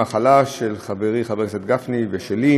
ומוחזרת לוועדת הכספים להמשך הכנתה לקריאה שנייה ושלישית.